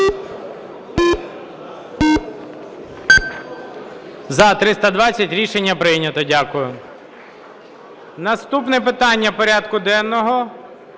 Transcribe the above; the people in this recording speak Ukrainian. За-320 Рішення прийнято. Дякую. Наступне питання порядку денного…